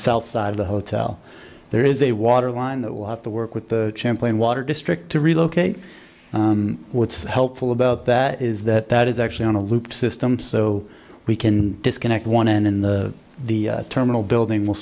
south side of the hotel there is a water line that will have to work with the champaign water district to relocate what's helpful about that is that that is actually on a loop system so we can disconnect one end in the terminal building will